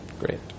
Great